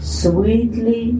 sweetly